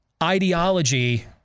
Ideology